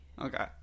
Okay